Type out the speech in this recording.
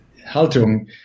Haltung